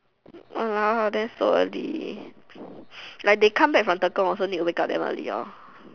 !walao! then so early like they come back from Tekong also need to wake up damn early lor